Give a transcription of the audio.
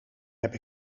heb